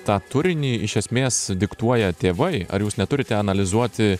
tą turinį iš esmės diktuoja tėvai ar jūs neturite analizuoti